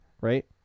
right